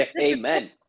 Amen